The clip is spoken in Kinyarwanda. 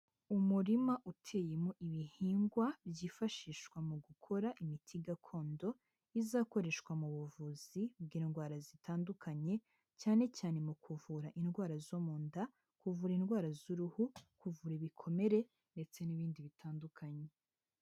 Umurima uteyemo ibihingwa, byifashishwa mu gukora imiti gakondo, izakoreshwa mu buvuzi bw'indwara zitandukanye, cyane cyane mu kuvura indwara zo mu nda, kuvura indwara z'uruhu, kuvura ibikomere, ndetse n'ibindi bitandukanye.